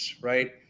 right